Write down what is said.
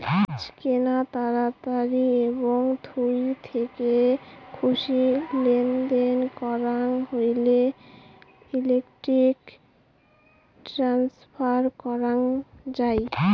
আজকেনা তাড়াতাড়ি এবং থুই থেকে খুশি লেনদেন করাং হইলে ইলেক্ট্রনিক ট্রান্সফার করাং যাই